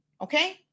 Okay